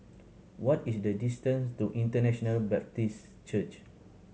what is the distance to International Baptist Church